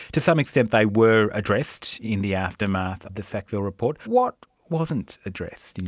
to some extent they were addressed in the aftermath of the sackville report. what wasn't addressed,